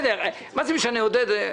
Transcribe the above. מה זה משנה עודד?